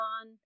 on